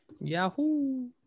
Yahoo